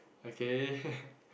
okay